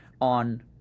on